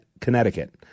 Connecticut